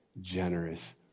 generous